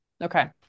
Okay